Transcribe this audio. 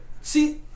See